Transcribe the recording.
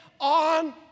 on